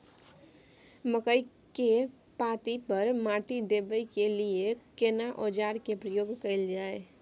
मकई के पाँति पर माटी देबै के लिए केना औजार के प्रयोग कैल जाय?